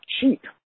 cheap